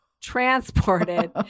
transported